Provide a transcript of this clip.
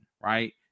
Right